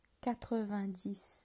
Quatre-vingt-dix